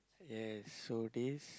yes so this